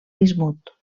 bismut